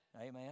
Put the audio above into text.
Amen